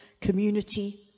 community